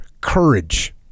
courage